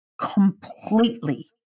completely